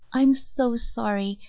i'm so sorry,